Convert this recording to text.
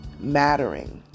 mattering